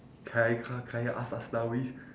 kai k~ kai as~ aslawi